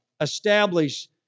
establish